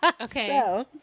okay